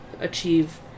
achieve